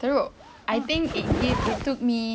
teruk I think it gives it took me